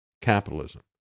capitalism